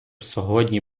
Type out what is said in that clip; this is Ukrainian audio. сьогодні